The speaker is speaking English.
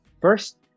first